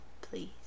please